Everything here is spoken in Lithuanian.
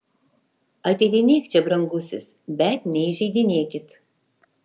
ateidinėk čia brangusis bet neįžeidinėkit